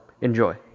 enjoy